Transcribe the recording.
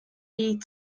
jej